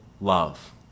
love